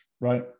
right